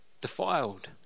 defiled